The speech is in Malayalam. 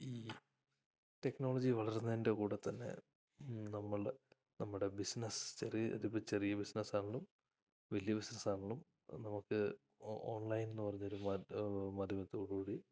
ഈ ടെക്നോളജി വളരുന്നതിന്റെ കൂടെത്തന്നെ നമ്മളുടെ ബിസിനസ് ചെറിയൊരിത് ചെറിയ ബിസിനസ്സാണെങ്കിലും വലിയ ബിസിനസ്സാണെങ്കിലും നമുക്ക് ഓൺലൈനെന്നു പറഞ്ഞൊരു മാധ്യമത്തോടുകൂടി